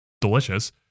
Delicious